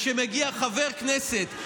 כשמגיע חבר כנסת,